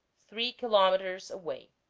three kilometers away.